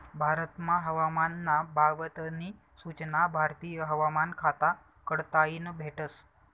भारतमा हवामान ना बाबत नी सूचना भारतीय हवामान खाता कडताईन भेटस